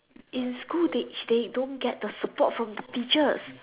in school they they don't get the support from the teachers